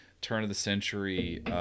turn-of-the-century